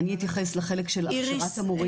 אני אתייחס לחלק של הכשרת המורים.